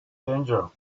danger